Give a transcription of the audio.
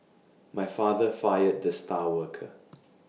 my father fired the star worker